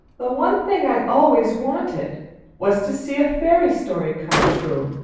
the one thing i always wanted was to see a fairy story come true.